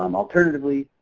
um alternatively,